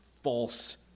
false